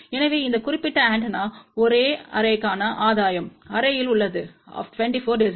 எனவே இந்த குறிப்பிட்ட ஆண்டெனா அரே க்கான ஆதாயம் அரேயில் உள்ளது of 24 dB